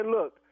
Look